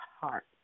heart